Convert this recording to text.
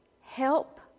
Help